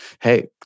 Hey